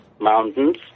Mountains